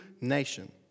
nation